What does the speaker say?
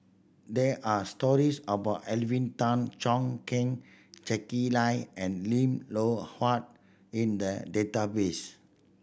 there are stories about Alvin Tan Cheong Kheng Jacky Lai and Lim Loh Huat in the database